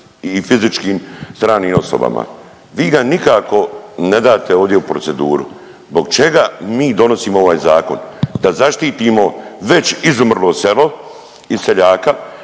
i fizičkim stranim osobama. Vi ga nikako ne date ovdje u proceduru. Zbog čega mi donosimo ovaj zakon? Da zaštitimo već izumrlo selo i seljaka,